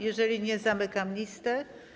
Jeżeli nie, zamykam listę.